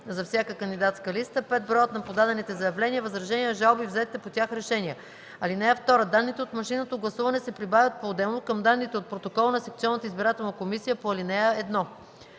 за всяка кандидатска листа; 5. броят на подадените заявления, възражения, жалби и взетите по тях решения. (2) Данните от машинното гласуване се прибавят поотделно към данните от протокола на секционната избирателна комисия по ал. 1.